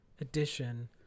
edition